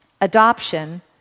adoption